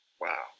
Wow